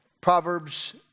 Proverbs